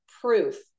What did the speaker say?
proof